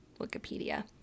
Wikipedia